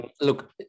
Look